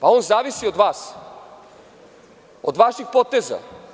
Pa, on zavisi od vas, od vaših poteza.